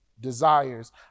desires